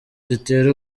zitera